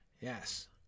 Yes